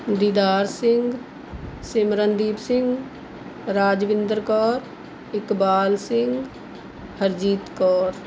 Didar Singh Simrandeep Singh Rajwinder Kaur Iqbal Singh Harjeet Kaur